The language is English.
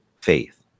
faith